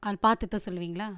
அதை பார்த்துட்டு தான் சொல்லுவிங்களா